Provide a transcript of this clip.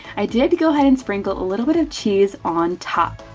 i did go ahead and sprinkle a little bit of cheese on top.